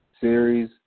series